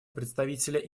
представителя